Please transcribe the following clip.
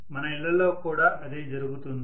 మన ఇళ్లలో కూడా అదే జరుగుతుంది